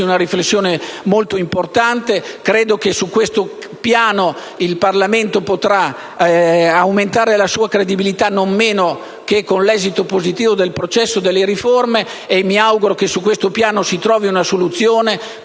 del processo costituente. Penso che su questo piano il Parlamento potrà aumentare la sua credibilità non meno che con l'esito positivo del processo delle riforme. Mi auguro che in merito si trovi una soluzione,